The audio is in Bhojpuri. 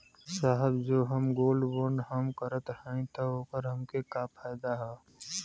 साहब जो हम गोल्ड बोंड हम करत हई त ओकर हमके का फायदा ह?